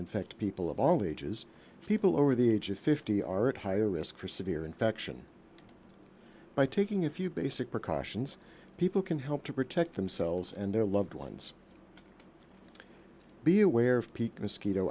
infect people of all ages people over the age of fifty are at higher risk for severe infection by taking a few basic precautions people can help to protect themselves and their loved ones be aware